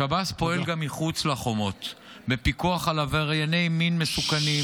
שב"ס פועל גם מחוץ לחומות בפיקוח על עברייני מין מסוכנים,